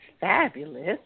fabulous